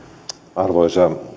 arvoisa